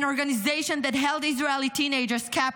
an organization that held Israeli teenagers captive